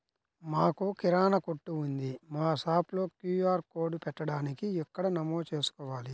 మాకు కిరాణా కొట్టు ఉంది మా షాప్లో క్యూ.ఆర్ కోడ్ పెట్టడానికి ఎక్కడ నమోదు చేసుకోవాలీ?